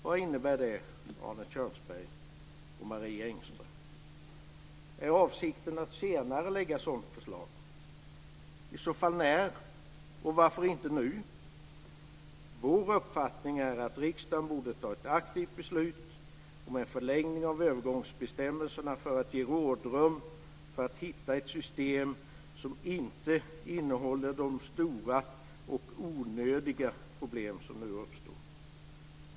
Vad innebär det, Arne Kjörnsberg och Marie Engström? Är avsikten att senare lägga fram sådant förslag? I så fall när, och varför inte nu? Vår uppfattning är att riksdagen borde ta ett aktivt beslut om en förlängning av övergångsbestämmelserna för att ge rådrum för att hitta ett system som inte innehåller de stora och onödiga problem som nu uppstår.